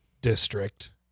district